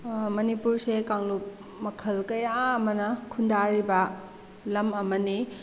ꯃꯅꯤꯄꯨꯔꯁꯦ ꯀꯥꯡꯂꯨꯞ ꯃꯈꯜ ꯀꯌꯥ ꯑꯃꯅ ꯈꯨꯟꯗꯥꯔꯤꯕ ꯂꯝ ꯑꯃꯅꯤ